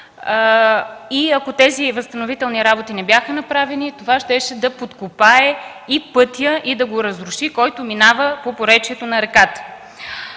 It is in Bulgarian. Ако тези възстановителни работи не бяха направени, това щеше да подкопае пътя, който минава по поречието на реката,